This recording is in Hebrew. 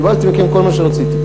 קיבלתי מכם כל מה שרציתי.